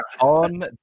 on